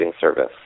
service